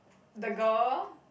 the girl